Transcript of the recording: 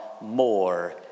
more